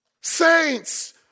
Saints